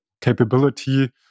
capability